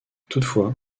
toutefois